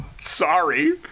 Sorry